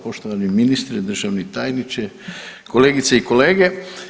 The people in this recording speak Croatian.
Poštovani ministre, državni tajniče, kolegice i kolege.